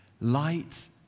light